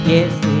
Yes